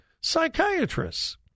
psychiatrists